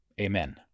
Amen